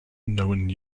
known